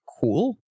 cool